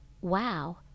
wow